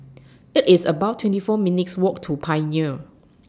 IT IS about twenty four minutes' Walk to Pioneer